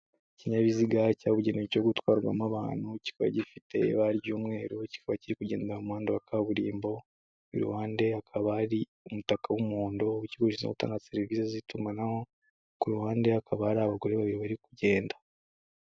Ikinyabiziga cyabugenewe cyo gutwarwamo abantu kikaba gifite ibara ry'umweru, kikaba kiri kugendera mu muhanda wa kaburimbo, iruhande hakaba hari umutaka w'umuhondo, w'ikigo gishinzwe gutanga serivisi z'itumanaho, ku ruhande hakaba hari abagore babiri bari kugenda.